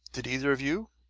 did either of you,